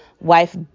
wife